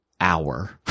hour